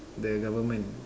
the government